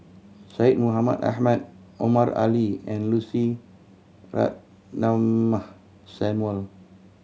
Syed Mohamed Ahmed Omar Ali and Lucy Ratnammah Samuel